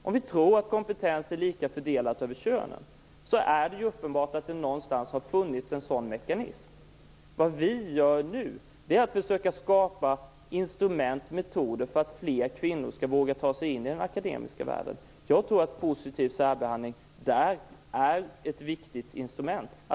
Om vi tror att kompetens är lika fördelad över könen är det uppenbart att det någonstans har funnits en sådan mekanism. Vad vi gör nu är att vi försöker skapa instrument och metoder för att fler kvinnor skall våga ta sig in i den akademiska världen. Jag tror att positiv särbehandling är ett viktigt instrument.